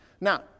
Now